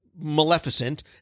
Maleficent